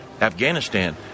Afghanistan